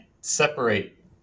separate